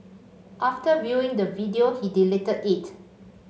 after viewing the video he deleted it